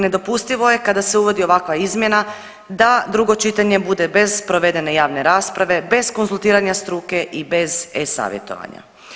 Nedopustivo je kada se uvodi ovakva izmjena da drugo čitanje bude bez provedene javne rasprave, bez konzultiranja struke i bez e-savjetovanja.